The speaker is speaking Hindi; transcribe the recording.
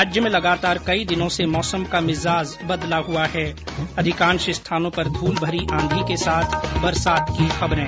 राज्य में लगातार कई दिनों से मौसम का मिजाज बदला हुआ है अधिकांश स्थानों पर धूलभरी आंधी के साथ बरसात की खबरें